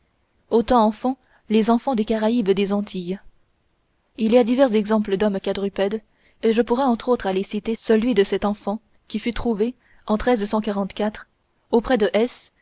autant en font les enfants des caraïbes des antilles il y a divers exemples d'hommes quadrupèdes et je pourrais entre autres citer celui de cet enfant qui fut trouvé en auprès de